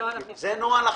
זה נוהל אכיפה.